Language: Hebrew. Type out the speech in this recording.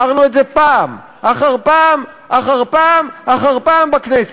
אמרנו את זה פעם אחר פעם אחר פעם אחר פעם בכנסת.